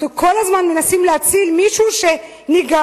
אנחנו כל הזמן מנסים להציל מישהו שניגש.